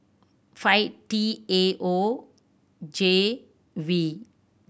five T A O J V